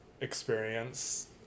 experience